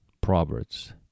Proverbs